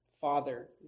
father